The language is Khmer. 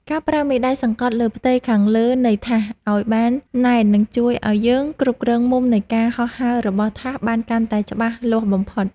ការប្រើមេដៃសង្កត់លើផ្ទៃខាងលើនៃថាសឱ្យបានណែននឹងជួយឱ្យយើងគ្រប់គ្រងមុំនៃការហោះហើររបស់ថាសបានកាន់តែច្បាស់លាស់បំផុត។